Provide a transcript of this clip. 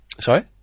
Sorry